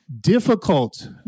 difficult